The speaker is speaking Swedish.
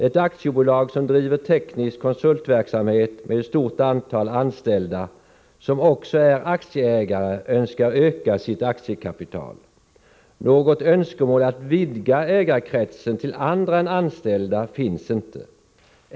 Ett aktiebolag som driver teknisk konsultverksamhet med ett stort antal anställda som också är aktieägare önskar öka sitt aktiekapital. Något önskemål att vidga ägarkretsen till andra än anställda finns inte.